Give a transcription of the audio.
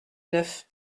neuf